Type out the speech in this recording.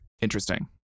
Interesting